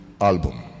album